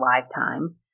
lifetime